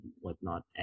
whatnot